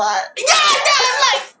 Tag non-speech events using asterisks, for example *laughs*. smart *laughs*